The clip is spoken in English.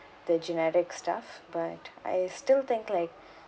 the generic stuff but I still think like